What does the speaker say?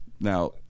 Now